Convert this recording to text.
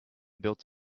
built